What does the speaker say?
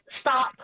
stop